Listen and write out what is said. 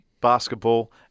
basketball